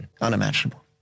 Unimaginable